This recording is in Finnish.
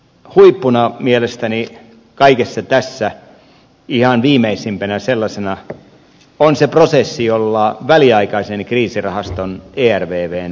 huippuna mielestäni kaikessa tässä ihan viimeisimpänä sellaisena on se prosessi jolla väliaikaisen kriisirahaston ervvn päätökset tehtiin